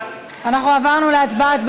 אנחנו עברנו להצבעה.